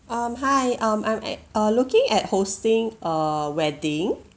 um hi um I'm at uh looking at hosting a wedding